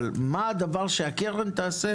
אבל מה הדבר שהקרן תעשה